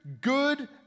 good